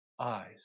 eyes